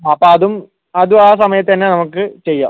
അപ്പം അതും അതും ആ സമയത്തു തന്നെ നമ്മക്ക് ചെയ്യാം